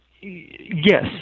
yes